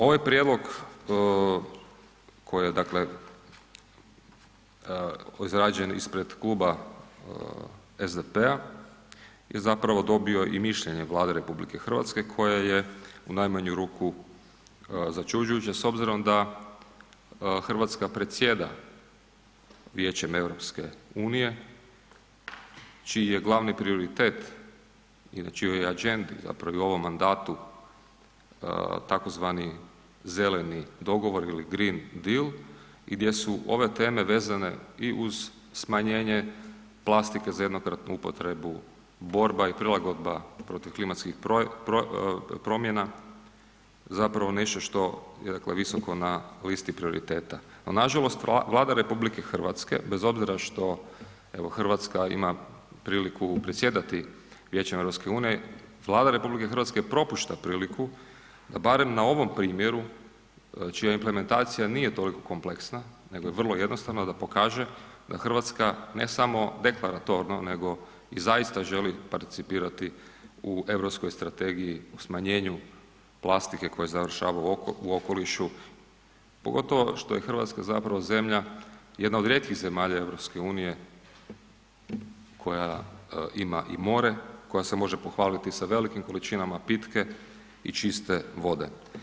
Ovaj prijedlog koji je dakle izrađen ispred kluba SDP-a je zapravo dobio i mišljenje Vlade RH koja je u najmanju ruku začuđujuća s obzirom da Hrvatska predsjeda Vijećem EU-a čiji je glavni prioritet i na čijoj je agendi zapravo i u ovom mandatu tzv. zeleni dogovor ili green deal i gdje su ove teme vezane i uz smanjenje plastike za jednokratnu upotrebu, borba i prilagodba protiv klimatskih promjena, zapravo nešto što je dakle visoko na listi prioriteta no nažalost Vlada RH bez obzira što evo Hrvatska ima priliku predsjedati Vijećem EU-a, Vlada RH propušta priliku da barem na ovom primjeru čija implementacija nije toliko kompleksna nego je vrlo jednostavna, da pokaže da Hrvatska ne samo deklaratorno nego i zaista želi participirati u europskoj strategiji o smanjenju plastika koja završava u okolišu pogotovo što je Hrvatska zapravo zemlja, jedna od rijetkih zemalja EU-a koja ima i more, koja se može pohvaliti i sa velikim količinama pitke i čiste vode.